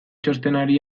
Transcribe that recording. txostenari